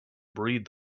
breed